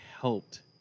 helped